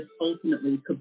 ultimately